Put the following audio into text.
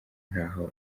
ntaho